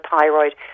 thyroid